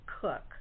cook